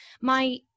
My-